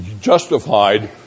justified